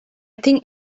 think